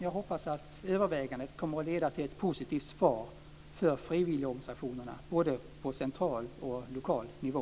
Jag hoppas att övervägandet kommer att leda till ett positivt svar för frivilligorganisationerna på både central och lokal nivå.